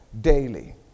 daily